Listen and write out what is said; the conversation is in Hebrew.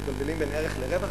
מתבלבלים בין ערך לרווח,